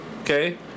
okay